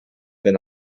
been